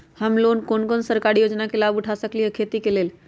हम कोन कोन सरकारी योजना के लाभ उठा सकली ह खेती के लेल?